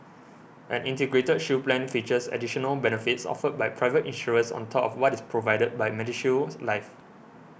an Integrated Shield Plan features additional benefits offered by private insurers on top of what is provided by MediShield Life